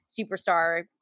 superstar